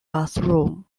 bathroom